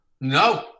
No